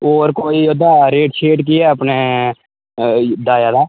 होर ओह्दा रेट केह् ऐ अपने डाया दा